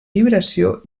vibració